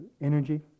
Energy